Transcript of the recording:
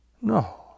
No